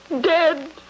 Dead